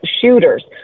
shooters